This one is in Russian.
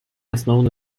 основаны